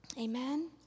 Amen